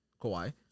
Kawhi